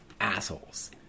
assholes